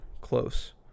close